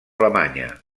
alemanya